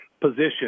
position